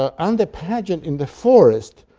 and the pageant in the forest,